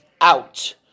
Out